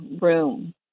room